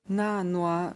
na nuo